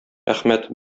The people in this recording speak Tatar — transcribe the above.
әхмәт